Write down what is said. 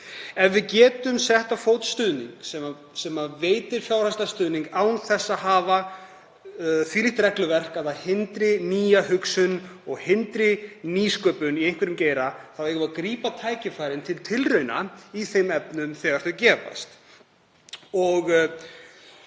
Ef við getum sett á fót kerfi sem veitir fjárhagslegan stuðning án þess að hafa slíkt regluverk að það hindri nýja hugsun og hindri nýsköpun í einhverjum geira, þá eigum við að grípa tækifæri til tilrauna í þeim efnum þegar þau gefast. Ég